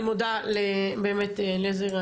אני מודה באמת ללייזר,